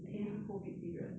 during COVID period